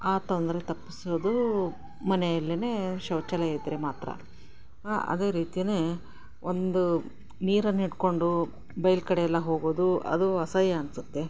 ಆ ತೊಂದರೆ ತಪ್ಪಿಸೋದು ಮನೆಯಲ್ಲೆ ಶೌಚಾಲಯ ಇದ್ದರೆ ಮಾತ್ರ ಅದೇ ರೀತಿಯೇ ಒಂದು ನೀರನ್ನಿಟ್ಟುಕೊಂಡು ಬೈಲು ಕಡೆ ಎಲ್ಲ ಹೋಗೋದು ಅದು ಅಸಹ್ಯ ಅನಿಸುತ್ತೆ